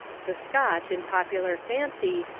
the scotch, in popular fancy,